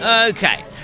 Okay